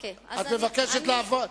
המתיני.